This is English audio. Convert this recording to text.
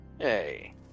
Hey